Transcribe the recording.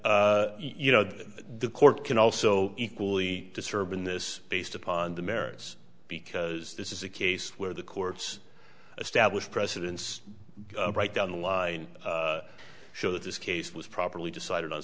you know the court can also equally disturbing this based upon the merits because this is a case where the court's established precedents right down the line show that this case was properly decided on